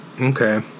Okay